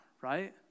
right